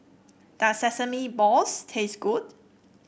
does Sesame Balls taste good